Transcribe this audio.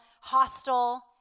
hostile